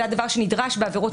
זה הדבר שנדרש בעבירות טרור.